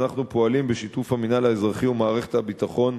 ואנחנו פועלים בשיתוף המינהל האזרחי ומערכת הביטחון